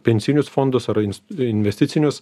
pensinius fondus ar investicinius